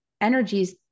energies